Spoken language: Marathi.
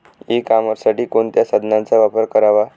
ई कॉमर्ससाठी कोणत्या साधनांचा वापर करावा?